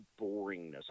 boringness